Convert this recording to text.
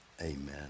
amen